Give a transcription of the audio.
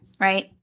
right